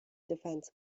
defence